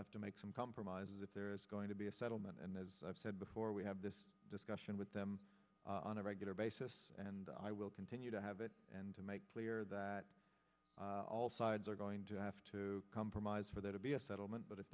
have to make some compromises if there is going to be a settlement and as i've said before we have this discussion with them on a regular basis and i will continue to have it and to make clear that all sides are going to have to compromise for there to be a settlement but if